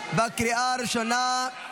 בקריאה הראשונה.